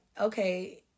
okay